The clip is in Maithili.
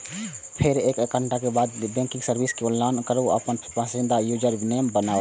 फेर एक घंटाक बाद नेट बैंकिंग सर्विस मे लॉगइन करू आ अपन पसंदीदा यूजरनेम बनाउ